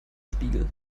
spiegel